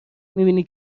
میبینی